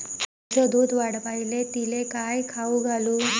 गायीचं दुध वाढवायले तिले काय खाऊ घालू?